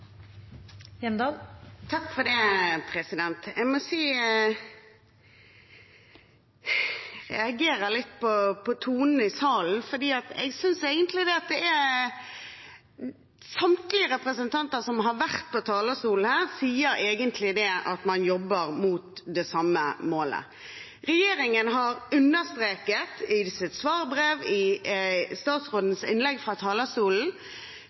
Jeg må si at jeg reagerer litt på tonen i salen, for jeg synes egentlig at samtlige representanter som har vært på talerstolen, sier at man jobber mot det samme målet. Regjeringen har understreket i sitt svarbrev og i statsrådens innlegg fra talerstolen